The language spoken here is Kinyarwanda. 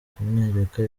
kumwereka